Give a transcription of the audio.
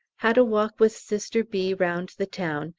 had a walk with sister b. round the town,